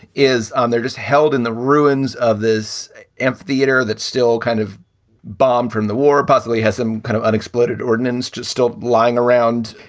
is um they're just held in the ruins of this amphitheater that's still kind of bombed from the war, possibly has some kind of unexploded ordinance just still lying around.